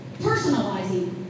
Personalizing